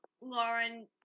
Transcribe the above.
lauren